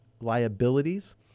liabilities